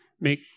make